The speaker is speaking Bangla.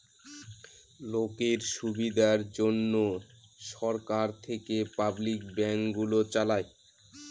লোকের সুবিধার জন্যে সরকার থেকে পাবলিক ব্যাঙ্ক গুলো চালায়